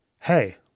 hey